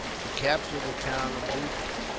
to capture the town of hoogly,